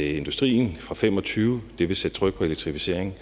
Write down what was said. industrien fra 2025; det vil sætte tryk på elektrificeringen.